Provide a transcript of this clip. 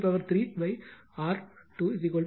5 103 R 2 1